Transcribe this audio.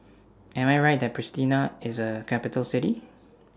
Am I Right that Pristina IS A Capital City